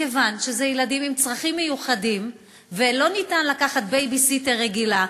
מכיוון שאלה ילדים עם צרכים מיוחדים ולא ניתן לקחת בייביסיטר רגילה,